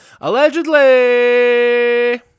allegedly